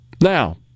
Now